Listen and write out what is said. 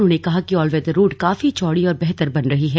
उन्होंने कहा कि ऑलवेदर रोड काफी चौड़ी और बेहतर बन रही है